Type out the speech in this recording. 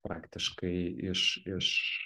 praktiškai iš iš